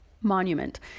monument